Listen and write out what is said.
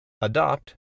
Adopt